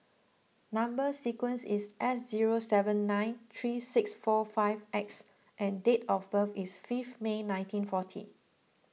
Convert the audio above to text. Number Sequence is S zero seven nine three six four five X and date of birth is fifth May nineteen forty